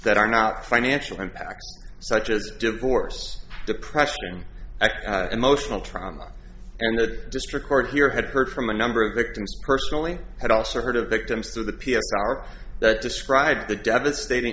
that are not financial impact such as divorce depression emotional trauma and the district court here had heard from a number of victims personally had also heard of victims through the p s r that described the devastating